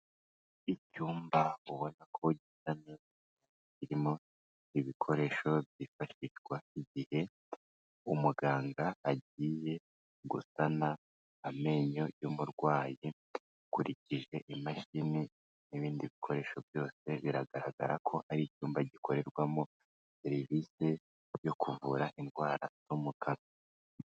Icyumba ubona ko gisa neza, kirimo ibikoresho byifashishwa igihe umuganga agiye gusana amenyo y'umurwayi. Ukurikije imashini n'ibindi bikoresho byose, biragaragara ko ari icyumba gikorerwamo serivise yo kuvura indwara zo mu kanwa.